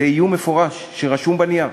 זה איום מפורש שרשום על נייר.